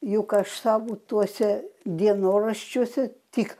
juk aš savo tuose dienoraščiuose tik